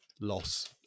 loss